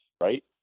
right